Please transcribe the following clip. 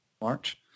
March